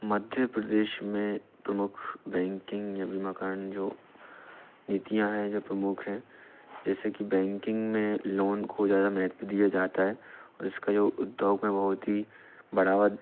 मध्य प्रदेश में प्रमुख बैंकिंग या बीमाकरण जो नीतियाँ हैं जो प्रमुख हैं जैसे कि बैंकिंग में लोन को ज़्यादा महत्त्व दिया जाता है और इसका उद्योग में बहुत ही बढ़ावा